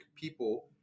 people